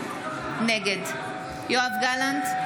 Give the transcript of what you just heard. נגד יואב גלנט,